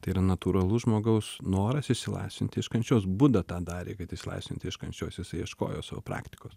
tai yra natūralus žmogaus noras išsilaisvinti iš kančios buda tą darė kad išlaisvinti iš kančios jis ieškojo savo praktikos